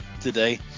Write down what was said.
today